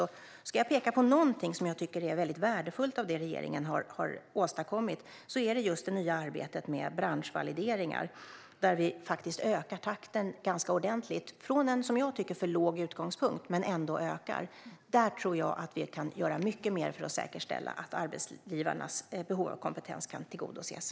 Om jag ska peka på något som är värdefullt av det regeringen har åstadkommit är det just det nya arbetet med branschvalideringar. Vi ökar takten ordentligt från en, som jag tycker, för låg utgångspunkt - men den ökar ändå. Där kan vi göra mycket mer för att säkerställa att arbetsgivarnas behov av kompetens kan tillgodoses.